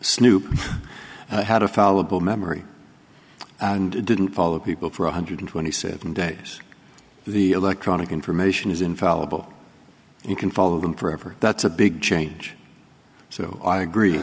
snoop had a fall of memory and didn't follow people for one hundred twenty seven days the electronic information is infallible you can follow them forever that's a big change so i agree